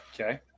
Okay